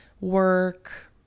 work